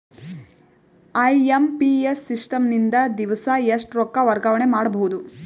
IMPS system ನಿಂದ ದಿವಸಾ ಎಷ್ಟ ರೊಕ್ಕ ವರ್ಗಾವಣೆ ಮಾಡಬಹುದು?